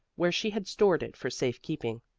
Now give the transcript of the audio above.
where she had stored it for safe keeping,